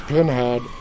Pinhead